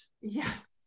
Yes